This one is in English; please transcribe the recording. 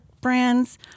brands